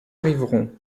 arriveront